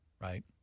right